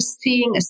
seeing